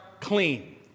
clean